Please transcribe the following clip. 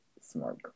smart